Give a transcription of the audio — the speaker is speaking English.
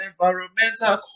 environmental